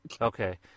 Okay